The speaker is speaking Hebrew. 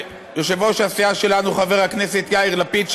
ליושב-ראש הסיעה שלנו חבר הכנסת יאיר לפיד,